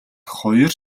хоёр